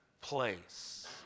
Place